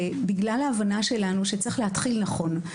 בגלל ההבנה שלנו שצריך להתחיל נכון,